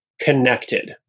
connected